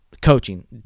coaching